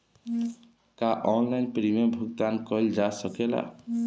का online premium भुगतान कईल जा सकेला?